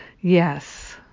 Yes